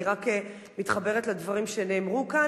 אני רק מתחברת לדברים שנאמרו כאן.